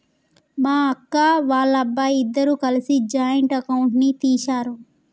మా అక్క, వాళ్ళబ్బాయి ఇద్దరూ కలిసి జాయింట్ అకౌంట్ ని తీశారు